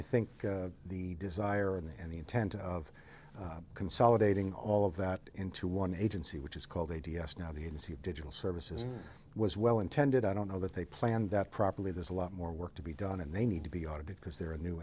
i think the desire and the intent of consolidating all of that into one agency which is called a d s now the n c of digital services was well intended i don't know that they planned that properly there's a lot more work to be done and they need to be audited because they're a new